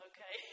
Okay